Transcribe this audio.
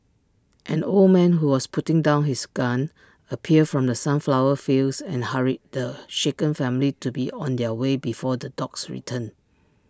an old man who was putting down his gun appeared from the sunflower fields and hurried the shaken family to be on their way before the dogs return